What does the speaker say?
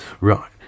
right